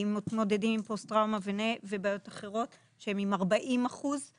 מתמודדים עם פוסט טראומה ובעיות אחרות שהם עם 40 אחוזים